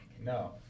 No